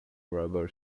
rubber